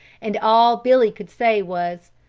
and all billy could say was,